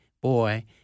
boy